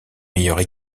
meilleures